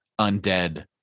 undead